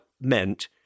meant